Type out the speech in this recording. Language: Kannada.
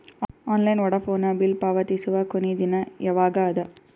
ಆನ್ಲೈನ್ ವೋಢಾಫೋನ ಬಿಲ್ ಪಾವತಿಸುವ ಕೊನಿ ದಿನ ಯವಾಗ ಅದ?